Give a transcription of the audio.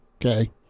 okay